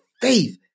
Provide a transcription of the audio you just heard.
faith